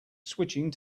switching